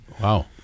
Wow